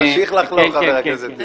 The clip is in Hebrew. תמשיך לחלום, חבר הכנסת טיבי.